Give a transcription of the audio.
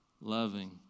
loving